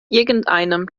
irgendeinem